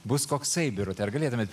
bus koksai birute ar galėtumėt